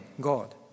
God